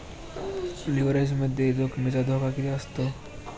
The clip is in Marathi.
लिव्हरेजमध्ये जोखमीचा धोका किती असतो?